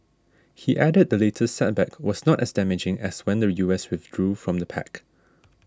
he added the latest setback was not as damaging as when the U S withdrew from the pact